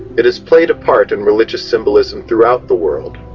it has played a part in religious symbolism throughout the world.